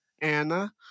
Anna